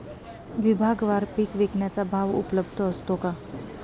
विभागवार पीक विकण्याचा भाव उपलब्ध असतो का?